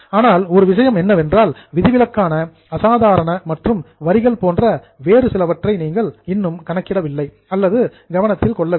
ஆனால் ஒரு விஷயம் என்னவென்றால் விதிவிலக்கான அசாதாரண மற்றும் வரிகள் போன்ற வேறு சிலவற்றை நீங்கள் இன்னும் கணக்கிடவில்லை அல்லது கவனத்தில் கொள்ளவில்லை